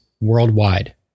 worldwide